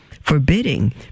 forbidding